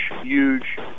huge